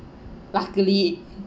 luckily